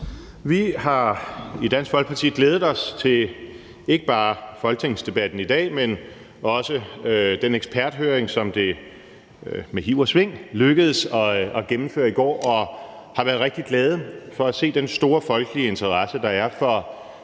Vi har i Dansk Folkeparti glædet os til ikke bare folketingsdebatten i dag, men også den eksperthøring, som det med hiv og sving lykkedes at gennemføre i går, og har været rigtig glade for at se den store folkelige interesse, der er for